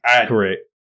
Correct